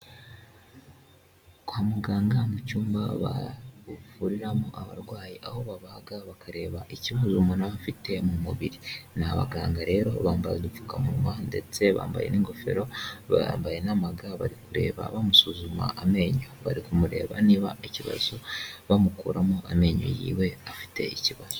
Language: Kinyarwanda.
Kwa muganga mu cyumba bavuriramo abarwayi aho babaga bakareba icyo buri muntu aba afite mu mubiri. Ni abaganga rero bambara udupfukamunwa ndetse bambaye n'ingofero bambaye n'amaga bari kureba bamusuzuma amenyo bari kumureba niba ikibazo bamukuramo amenyo yiwe afite ikibazo.